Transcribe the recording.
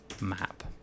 map